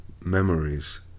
memories